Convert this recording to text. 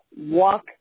walk